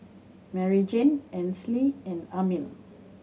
Maryjane Ansley and Amil